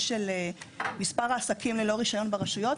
של מספר העסקים ללא רישיון ברשויות,